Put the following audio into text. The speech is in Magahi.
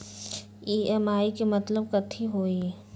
ई.एम.आई के मतलब कथी होई?